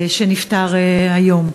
שנפטר היום.